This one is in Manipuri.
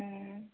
ꯎꯝ